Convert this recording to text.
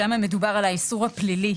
שם מדובר על האיסור הפלילי